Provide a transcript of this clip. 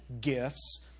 gifts